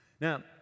Now